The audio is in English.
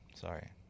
sorry